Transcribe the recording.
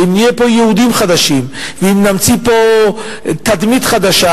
שאם יהיו פה יהודים חדשים ואם נמציא פה תדמית חדשה,